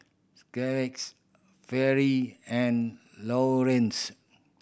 Scarletts Fairy and Laureens